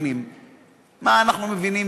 מה אנחנו מבינים?